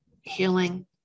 healing